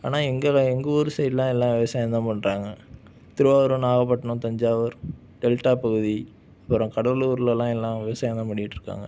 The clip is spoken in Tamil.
ஆனால் எங்கள் எங்கள் ஊர் சைடுலாம் எல்லா விவசாயந்தான் பண்ணுறாங்க திருவாரூர் நாகப்பட்டினம் தஞ்சாவூர் டெல்டா பகுதி அப்புறம் கடலூர்லல்லா எல்லாம் விவசாயந்தான் பண்ணிட்டிருக்காங்க